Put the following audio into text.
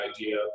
idea